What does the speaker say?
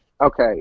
okay